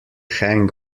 hang